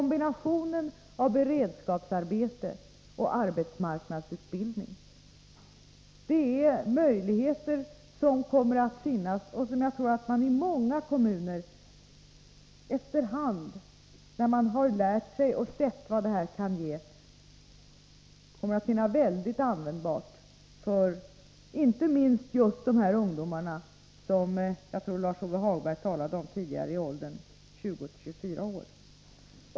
Möjligheter att kombinera beredskapsarbete och arbetsmarknadsutbildning kommer att finnas. Det är något som jag tror att man i många kommuner efter hand, när man har sett vilka möjligheter detta kan ge, kommer att finna mycket användbart, inte minst för ungdomarna i åldern 20-24 år.